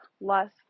less